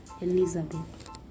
Elizabeth